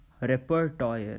repertoire